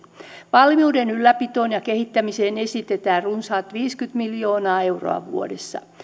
valmiuden ylläpitoon ja kehittämiseen esitetään runsaat viisikymmentä miljoonaa euroa vuodessa